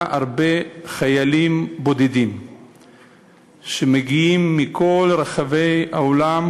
הרבה חיילים בודדים שמגיעים מכל רחבי העולם,